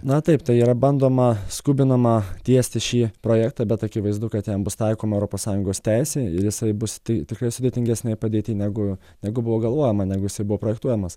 na taip tai yra bandoma skubinama tiesti šį projektą bet akivaizdu kad ten bus taikoma europos sąjungos teisė ir jisai bus tai tikrai sudėtingesnėj padėty negu negu buvo galvojama negu jisai buvo projektuojamas